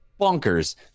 bonkers